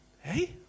hey